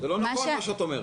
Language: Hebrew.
שאת אומרת.